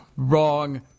Wrong